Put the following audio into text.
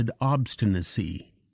obstinacy